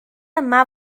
yma